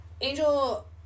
Angel